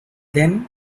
then